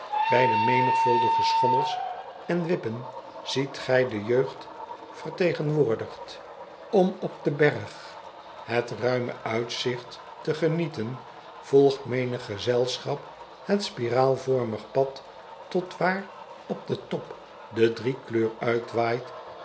ij de menigvuldige schommels en wippen ziet gij de jeugd vertegenwoordigd m op den berg het ruime uitzigt te genieten volgt menig gezelschap het spiraalvormig pad tot waar op den top de driekleur uitwaait